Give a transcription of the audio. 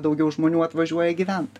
daugiau žmonių atvažiuoja gyvent